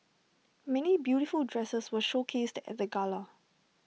many beautiful dresses were showcased at the gala